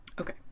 Okay